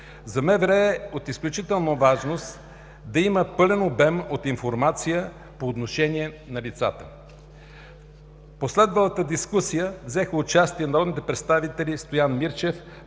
За МВР е от изключителна важност да има пълен обем от информация по отношение на лицата. В последвалата дискусия взеха участие народните представители Стоян Мирчев,